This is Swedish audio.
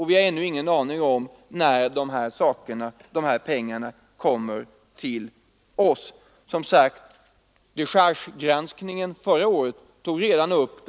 Vi har ännu ingen aning om när de resterande pengarna kommer att inflyta. Denna sak togs alltså upp redan i förra årets dechargegranskning.